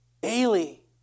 Daily